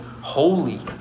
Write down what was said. holy